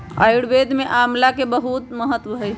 आयुर्वेद में आमला के बहुत महत्व हई